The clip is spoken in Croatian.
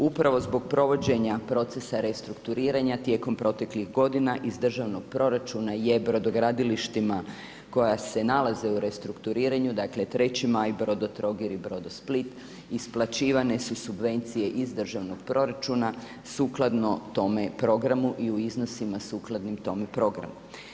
Upravo zbog provođenja procesa restrukturiranja tijekom proteklih godina iz državnog proračuna je brodogradilištima, koja se nalaze u restrukturiranju, dakle, 3. Maj, Brodotrogir i Brodosplit, isplaćivane su subvencije iz državnog proračuna sukladno tome programu i u iznosima sukladno tom programu.